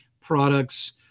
products